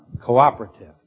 cooperative